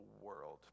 world